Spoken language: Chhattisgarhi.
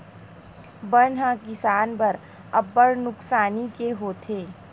बन ह किसान बर अब्बड़ नुकसानी के होथे